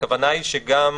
הכוונה היא שגם